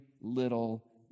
little